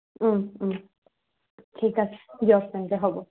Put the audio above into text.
ঠিক আছে দিয়ক তেন্তে হ'ব